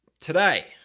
Today